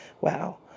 Wow